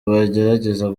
bagerageza